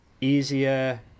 easier